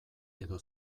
edo